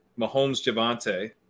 Mahomes-Javante